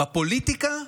בפוליטיקה,